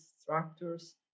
structures